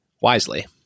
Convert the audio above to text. wisely